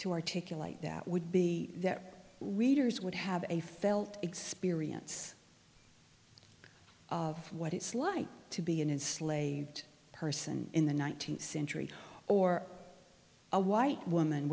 to articulate that would be that readers would have a felt experience of what it's like to be in an slaved person in the nineteenth century or a white woman